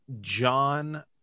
John